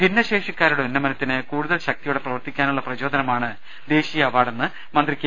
ഭിന്നശേഷിക്കാരുടെ ഉന്നമനത്തിന് കൂടുതൽ ശക്തിയോടെ പ്രവർത്തിക്കാനുള്ള പ്രചോദനമാണ് ദേശീയ അവാർഡെന്ന് മന്ത്രി കെ